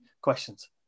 questions